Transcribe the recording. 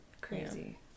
crazy